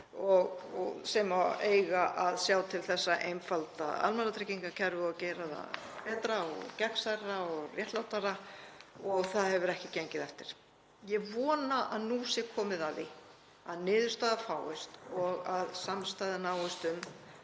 sem eiga að sjá til þess að einfalda almannatryggingakerfið og gera það betra og gagnsærra og réttlátara og það hefur ekki gengið eftir. Ég vona að nú sé komið að því að niðurstaða fáist og að samstaða náist um